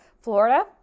Florida